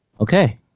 Okay